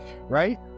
right